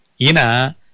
Ina